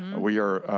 we are